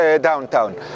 downtown